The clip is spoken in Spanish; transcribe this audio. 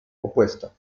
opuesta